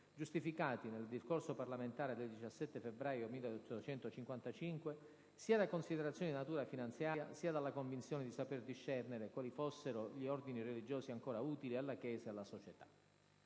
giustificati - nel discorso parlamentare del 17 febbraio 1855 - sia da considerazioni di natura finanziaria sia dalla convinzione di saper discernere quali fossero gli ordini religiosi ancora «utili» alla Chiesa e alla società.